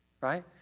right